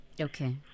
okay